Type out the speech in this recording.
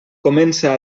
comença